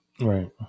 Right